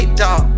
dog